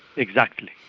exactly.